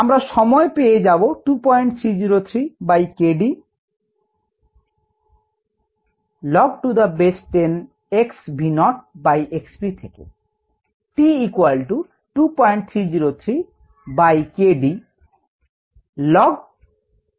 আমরা সময় পেয়ে যাব 2303 by k d log to the base 10 x v not by x v থেকে